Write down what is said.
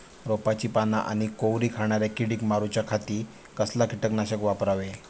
रोपाची पाना आनी कोवरी खाणाऱ्या किडीक मारूच्या खाती कसला किटकनाशक वापरावे?